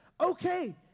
okay